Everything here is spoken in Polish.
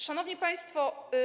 Szanowni Państwo!